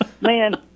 Man